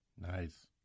Nice